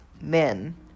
men